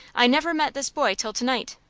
i never met this boy till to-night.